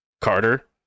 Carter